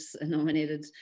nominated